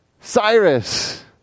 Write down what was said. Cyrus